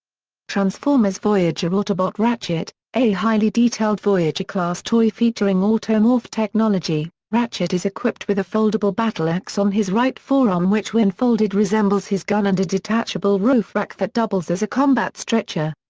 transformers voyager autobot ratchet a highly detailed voyager class toy featuring automorph technology, ratchet is equipped with a foldable battle axe on his right forearm which when folded resembles his gun and a detachable roof rack that doubles as a combat stretcher.